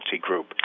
group